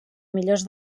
millors